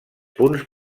punts